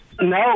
No